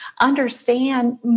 understand